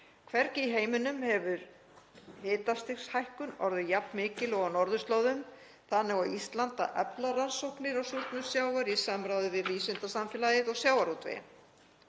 Hvergi í heiminum hefur hitastigshækkun orðið jafnmikil og á norðurslóðum. Þannig á Ísland að efla rannsóknir á súrnun sjávar í samráði við vísindasamfélagið og sjávarútveginn.“